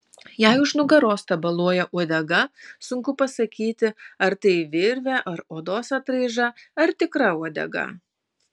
jai už nugaros tabaluoja uodega sunku pasakyti ar tai virvė ar odos atraiža ar tikra uodega